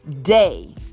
day